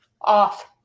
Off